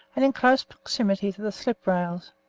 and in close proximity to the slip rails,